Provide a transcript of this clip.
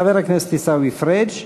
חבר הכנסת עיסאווי פריג',